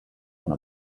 una